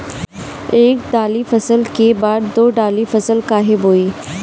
एक दाली फसल के बाद दो डाली फसल काहे बोई?